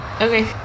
okay